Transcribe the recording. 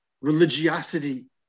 religiosity